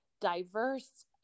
diverse